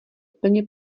plně